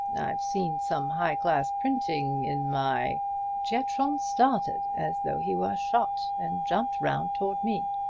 i've seen some high-class printing in my giatron started as though he were shot and jumped round toward me.